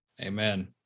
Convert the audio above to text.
Amen